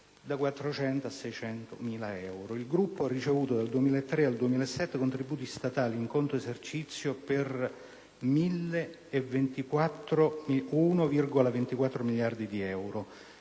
Il gruppo ha ricevuto dal 2003 al 2007 contributi statali in conto esercizio per 1,24 miliardi di euro.